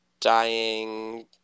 dying